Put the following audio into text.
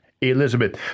Elizabeth